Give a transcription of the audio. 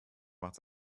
macht